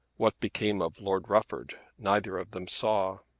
what became of lord rufford neither of them saw.